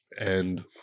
and-